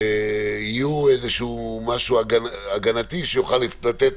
יהיו איזה משהו הגנתי שיוכל לתת